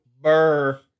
Burr